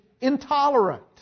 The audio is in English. intolerant